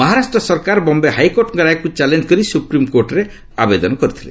ମହାରାଷ୍ଟ୍ର ସରକାର ବମ୍ଭେ ହାଇକୋର୍ଟଙ୍କ ରାୟକୃ ଚ୍ୟାଲେଞ୍ଜ କରି ସୁପ୍ରିମକୋର୍ଟରେ ଆବେଦନ କରିଥିଲେ